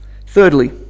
Thirdly